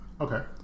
Okay